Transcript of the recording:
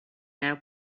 now